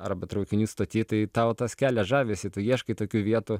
arba traukinių statytojai tau tas kelia žavesį tu ieškai tokių vietų